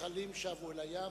כל הנחלים שבו אל הים.